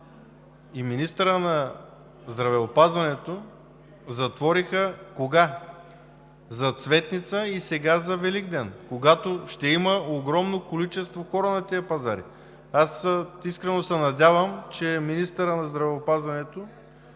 и министърът на здравеопазването затвориха – кога – за Цветница и сега за Великден, когато ще има огромно количество хора на тези пазари?! Искрено се надявам, че министърът на здравеопазването